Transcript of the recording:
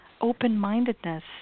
open-mindedness